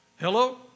Hello